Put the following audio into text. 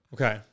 Okay